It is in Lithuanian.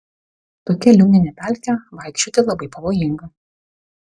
tokia liūnine pelke vaikščioti labai pavojinga